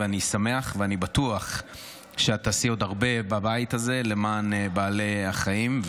ואני שמח ואני בטוח שאת תעשי עוד הרבה בבית הזה למען בעלי החיים,